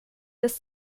des